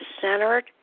centered